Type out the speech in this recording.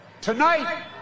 Tonight